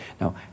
Now